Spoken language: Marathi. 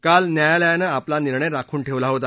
काल न्यायालयानं आपला निर्णय राखून ठेवला होता